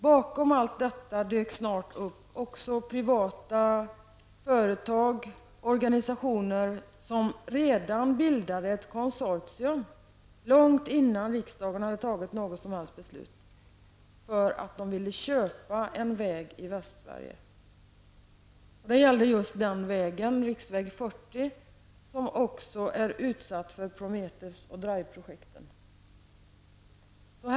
Bakom allt detta dök det snart upp privata företag och organisationer, som bildade ett konsortium, långt innan riksdagen hade tagit något som helst beslut, för att de ville köpa en väg i Västsverige. Det gällde just den vägen, riksväg 40, som också är utsatt för Prometheus och DRIVE-projekten.